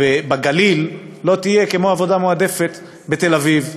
בגליל לא תהיה כמו עבודה מועדפת בתל-אביב,